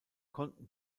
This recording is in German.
konnten